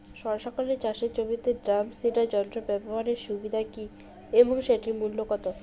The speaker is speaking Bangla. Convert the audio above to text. বর্ষাকালে চাষের জমিতে ড্রাম সিডার যন্ত্র ব্যবহারের সুবিধা কী এবং সেটির মূল্য কত?